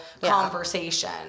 conversation